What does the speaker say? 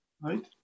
right